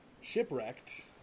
shipwrecked